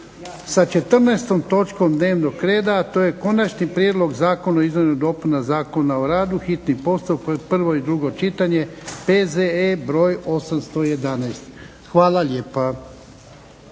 u 9,30 a 14. točkom dnevnog reda, a to je Konačni prijedlog zakona o izmjenama i dopunama Zakona o radu, hitni postupak, prvo i drugo čitanje, P.Z.E. broj 811. Hvala lijepa.